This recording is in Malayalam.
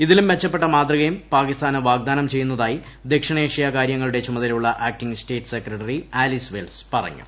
ഇതിലും മെച്ചപ്പെട്ട മാതൃകയും പാകിസ്ഥാന് വാഗ്ദാനം ചെയ്യുന്നതായി ദക്ഷിണേഷൃ കാരൃങ്ങളുടെ ചുമതലയുള്ള acting state secretary Alice Wells പറഞ്ഞു